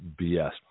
BS